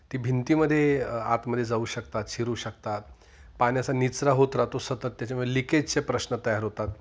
ती भिंतीमध्ये आतमध्ये जाऊ शकतात शिरू शकतात पाण्याचा निचरा होत राहतो सतत त्याच्यामुळे लिकेजचे प्रश्न तयार होतात